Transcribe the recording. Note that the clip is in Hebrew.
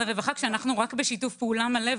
הרווחה כשאנחנו רק בשיתוף פעולה מלא,